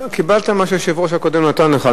לא, קיבלת מה שהיושב-ראש הקודם נתן לך.